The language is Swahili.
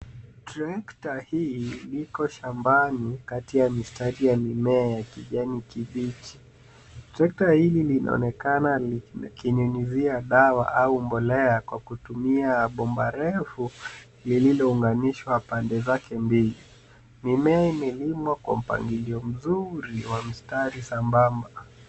Trekta hii liko shambani, kati ya mistari ya mimea ya kijani kibichi. Trekta hili linaonekana likinyunyizia dawa au mbolea kwa kutumia bomba refu lililoung'anishwa pande zake mbili. Mimea imelimwa kwa mpangilio mzuri wa mstari sambamba.